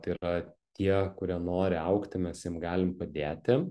tai yra tie kurie nori augti mes jiem galim padėti